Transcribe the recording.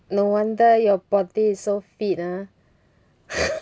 no wonder your body so fit ah